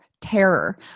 terror